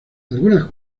algunas